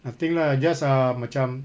nothing lah just ah macam